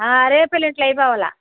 రేపు ఎల్లుండిలో అయిపోవాలి